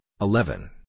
eleven